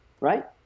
right